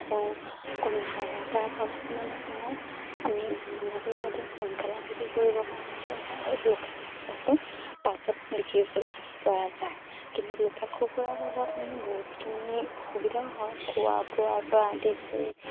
কণী পাৰে তাৰ ফলত মানে কি হয় আমি সোণালী কুকুৰাটো সোনকালে বিক্ৰী কৰিবৰ কাৰণে হৈ যায় আৰু লোকেল কুকুৰাটো পাছত বিক্ৰী কৰিবপৰা যায় কিন্তু লোকেল কুকুৰাৰ ফলত আমি বহুতখিনি অসুবিধাও হয় খোৱা বোৱাৰপৰা আদি কৰি